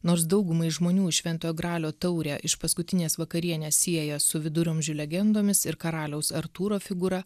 nors daugumai žmonių šventojo gralio taurė iš paskutinės vakarienės sieja su viduramžių legendomis ir karaliaus artūro figūra